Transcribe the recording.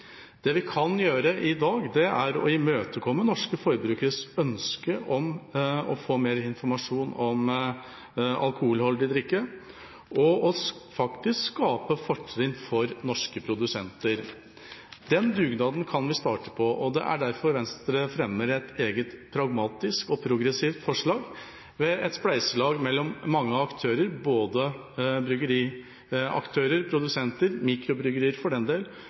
Det vi kan gjøre i dag, er å imøtekomme norske forbrukeres ønske om å få mer informasjon om alkoholholdig drikke og faktisk skape fortrinn for norske produsenter. Den dugnaden kan vi starte på, og det er derfor Venstre fremmer et eget, pragmatisk og progressivt forslag om et spleiselag mellom mange aktører – både bryggeriaktører, produsenter, mikrobryggerier, for den del,